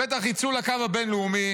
בטח יצאו לקו הבין-לאומי,